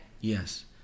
Yes